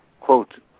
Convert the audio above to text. quote